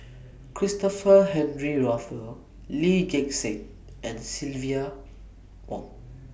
Christopher Henry Rothwell Lee Gek Seng and Silvia Yong